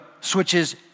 switches